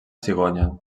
cigonya